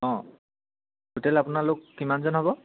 অঁ টোটেল আপোনালোক কিমানজন হ'ব